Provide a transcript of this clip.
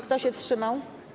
Kto się wstrzymał?